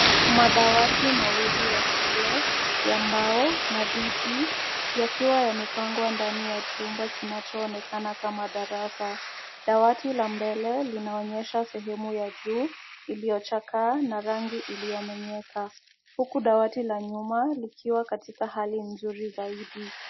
Madawati mawili ya shule ya mbao na viti, yakiwa yamepangwa ndani ya chumba kinachoonekana kama darasa. Dawati la mbele linaonyesha sehemu ya juu iliyochakaa na rangi iliyomenyeka huku dawati la nyuma likiwa katika hali nzuri zaidi.